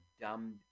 dumb